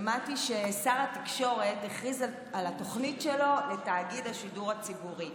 שמעתי ששר התקשורת הכריז על התוכנית שלו לתאגיד השידור הציבורי: